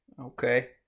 Okay